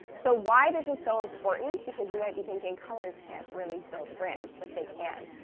so why this is so important, because you might be thinking, colors can't really build a brand, but they can,